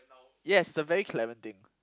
yes it's a very Clement thing